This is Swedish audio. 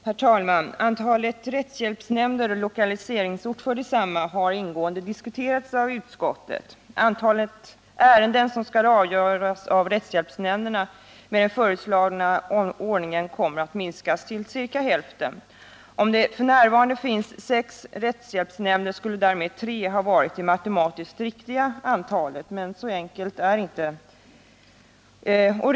Herr talman! Antalet rättshjälpsnämnder och lokaliseringsort för desamma har ingående diskuterats av utskottet. Antalet ärenden som skall avgöras av rättshjälpsnämnderna kommer med den föreslagna ordningen att minskas till ca hälften. Om det f. n. finns sex rättshjälpsnämnder skulle därmed tre ha varit det matematiskt riktiga antalet. Men så enkelt är det inte.